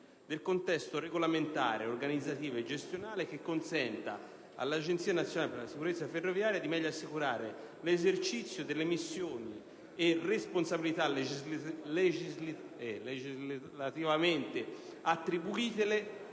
del contesto regolamentare, organizzativo e gestionale che consenta all'Agenzia italiana per la sicurezza delle ferrovie di meglio assicurare l'esercizio delle missioni e responsabilità legislativamente attribuitele,